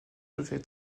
devaient